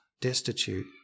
destitute